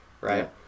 Right